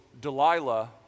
Delilah